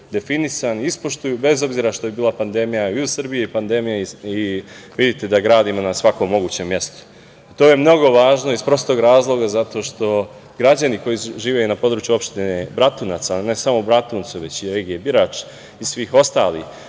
definisani ispoštuju, bez obzira što je bila pandemija, i u Srbiji je pandemija, vidite da gradimo na svakom mogućem mestu. To je mnogo važno iz prostog razloga zato što građani koji žive na području opštine Bratunac, a ne samo u Bratuncu, već i regije Birač i svih ostalih,